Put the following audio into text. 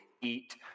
eat